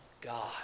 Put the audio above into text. God